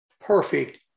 perfect